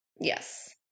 yes